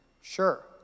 Sure